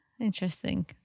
Interesting